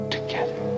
Together